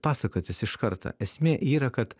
pasakotis iš karto esmė yra kad